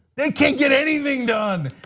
they can't get anything done.